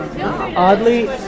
Oddly